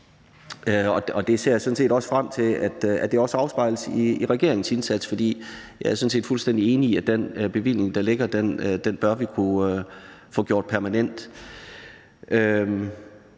Det ser jeg sådan set frem til også afspejles i regeringens indsats, for jeg er sådan set fuldstændig enig i, at den bevilling, der ligger, bør vi kunne få gjort permanent.